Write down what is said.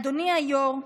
אדוני היו"ר,